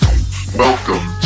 Welcome